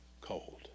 cold